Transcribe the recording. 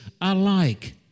alike